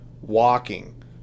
walking